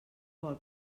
vol